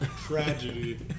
tragedy